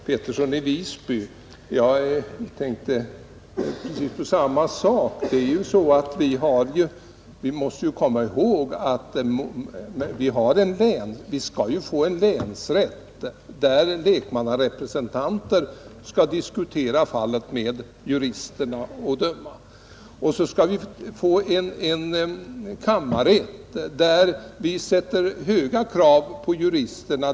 Herr talman! Jag är i viss mån förekommen av herr Pettersson i Visby. Jag tänkte på precis samma sak. Vi måste komma ihåg att vi skall få en länsrätt där lekmannarepresentanter skall diskutera fallet med juristerna och döma. Och så skall vi få en kammarrätt där vi ställer höga krav på juristerna.